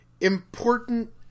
important